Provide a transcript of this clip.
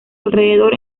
alrededor